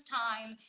time